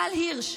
גל הירש,